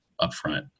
upfront